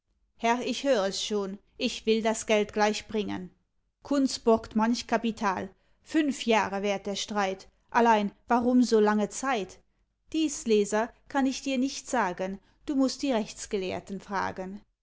doch herr ich hör es schon ich will das geld gleich bringen kunz borgt manch kapital fünf jahre währt der streit allein warum so lange zeit dies leser kann ich dir nicht sagen du mußt die rechtsgelehrten fragen